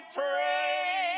pray